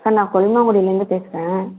sir நான் கொலுமங்குடியில இருந்து பேசுகிறேன்